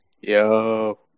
Yo